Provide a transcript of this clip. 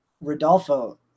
rodolfo